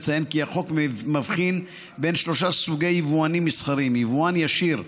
אציין כי החוק מבחין בין שלושה סוגי יבואנים מסחריים: יבואן ישיר,